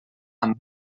amb